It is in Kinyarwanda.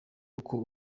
uko